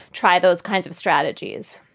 try those kinds of strategies?